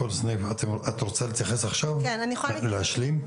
את רוצה להתייחס עכשיו כדי להשלים?